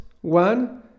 one